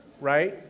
Right